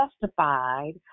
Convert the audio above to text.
justified